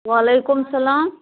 وعلیکُم اسلام